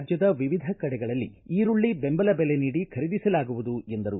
ರಾಜ್ಯದ ವಿವಿಧ ಕಡೆಗಳಲ್ಲಿ ಈರುಳ್ಳಗೆ ಬೆಂಬಲ ಬೆಲೆ ನೀಡಿ ಖರೀದಿಸಲಾಗುವುದು ಎಂದರು